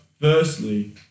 firstly